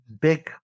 big